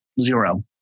zero